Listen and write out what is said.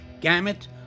Gamut